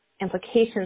implications